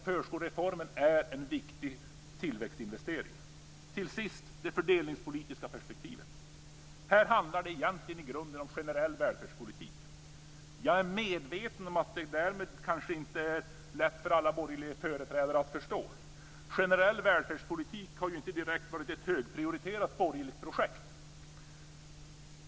Förskolereformen är en viktig tillväxtinvestering. Till sist vill jag ta upp det fördelningspolitiska perspektivet. Här handlar det egentligen i grunden om generell välfärdspolitik. Jag är medveten om att det därmed kanske inte är lätt för alla borgerliga företrädare att förstå. Generell välfärdspolitik har inte direkt varit ett högprioriterat borgerligt projekt.